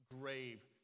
grave